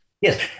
Yes